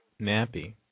Nappy